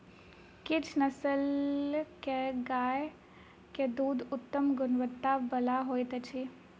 किछ नस्लक गाय के दूध उत्तम गुणवत्ता बला होइत अछि